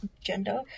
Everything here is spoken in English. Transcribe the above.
gender